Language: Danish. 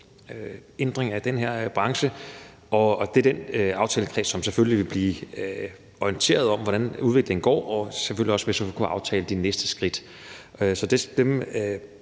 ændring af den her branche, og det er den aftalekreds, som selvfølgelig vil blive orienteret om, hvordan udviklingen går, og selvfølgelig også om, hvis vi skal aftale de næste skridt. På den måde